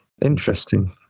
Interesting